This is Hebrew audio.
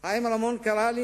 חיים קרא לי